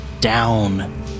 down